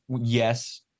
yes